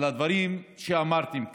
על הדברים שאמרתם כאן.